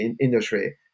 industry